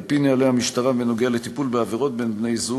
על-פי נוהלי המשטרה בנוגע לטיפול בעבירות בין בני-זוג,